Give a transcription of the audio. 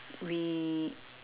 re~